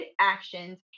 actions